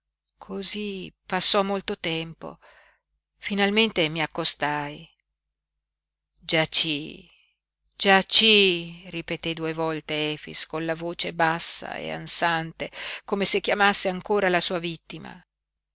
cosí passò molto tempo finalmente mi accostai giací giací ripeté due volte efix con voce bassa e ansante come se chiamasse ancora la sua vittima